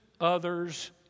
others